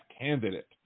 candidate